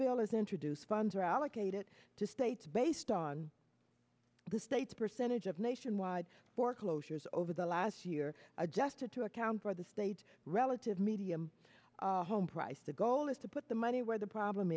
was introduced funds are allocated to states based on the state's percentage of nationwide foreclosures over the last year adjusted to account for the state relative medium home price the goal is to put the money where the problem